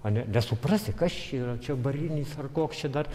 a ne nesuprasi kas čia yra čia varinis ar koks čia dar